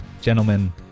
gentlemen